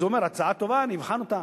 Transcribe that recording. אז הוא אומר: הצעה טובה, אני אבחן אותה.